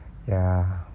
ya